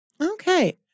Okay